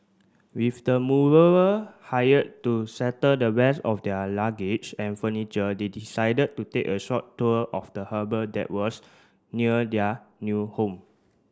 with the mover hired to settle the rest of their luggage and furniture they decided to take a short tour of the harbour that was near their new home